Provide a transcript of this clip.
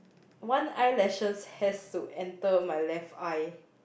one eyelashes has to enter my left eye